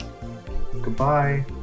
Goodbye